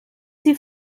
sie